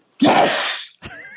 Yes